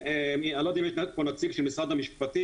אני לא יודע אם ישנו פה נציג של משרד המשפטים